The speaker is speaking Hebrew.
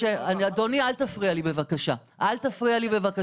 --- אדוני, אל תפריע לי בבקשה, תן לי לסיים.